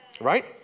right